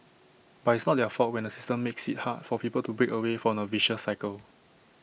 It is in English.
but it's not their fault when the system makes IT hard for people to break away from the vicious cycle